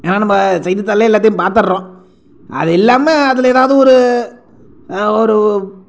ஏன்னா நம்ம செய்தித்தாள்லே எல்லாத்தையுமே பார்த்தட்றோம் அது இல்லாமல் அதில் ஏதாவது ஒரு ஒரு